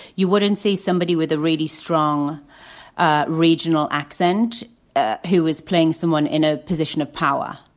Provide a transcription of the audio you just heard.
you wouldn't see somebody with a really strong ah regional accent ah who is playing someone in a position of power.